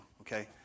okay